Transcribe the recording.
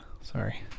Sorry